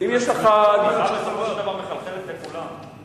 הצמיחה בסופו של דבר מחלחלת לכולם.